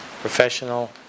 professional